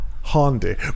Honda